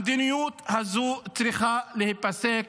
המדיניות הזו צריכה להיפסק.